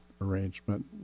arrangement